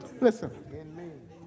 Listen